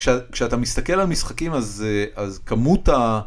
כשאתה מסתכל על משחקים, אז כמות ה...